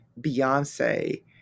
Beyonce